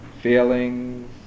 feelings